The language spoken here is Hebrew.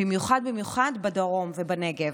במיוחד בדרום ובנגב.